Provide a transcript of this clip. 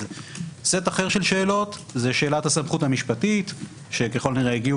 סט אחר של שאלות זה שאלת הסמכות המשפטית שככל הנראה הגיעו